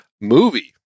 movie